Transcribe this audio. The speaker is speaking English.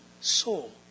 soul